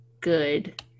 good